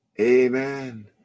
amen